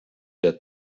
der